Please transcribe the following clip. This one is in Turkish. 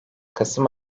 kasım